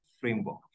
framework